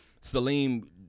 Salim